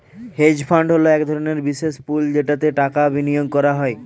hedge fund হলো এক ধরনের বিশেষ পুল যেটাতে টাকা বিনিয়োগ করা হয়